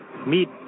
meet